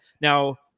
now